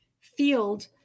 field